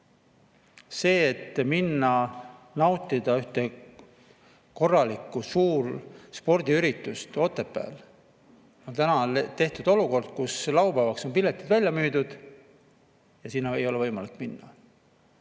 See, et minna nautima ühte korralikku suurt spordiüritust Otepääl ... Täna on tekkinud olukord, kus laupäevaks on piletid välja müüdud ja sinna ei ole võimalik minna.